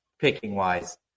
picking-wise